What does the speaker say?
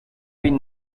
been